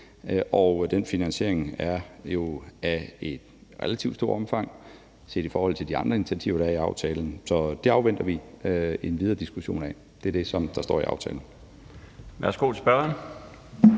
den finansiering er jo af et relativt stort omfang set i forhold til de andre initiativer, der er i aftalen. Så det afventer vi en videre diskussion af. Det er det, som der står i aftalen. Kl. 16:17 Den